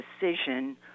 decision